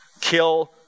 Kill